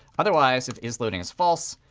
otherwise, if is loading is false,